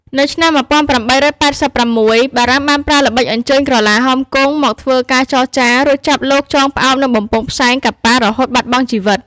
នៅឆ្នាំ ១៨៨៦ បារាំងបានប្រើល្បិចអញ្ជើញក្រឡាហោមគង់មកធ្វើការចរចា រួចចាប់លោកចងផ្អោបនឹងបំពង់ផ្សែងកប៉ាល់រហូតបាត់បង់ជីវិត។